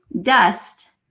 dust.